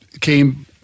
came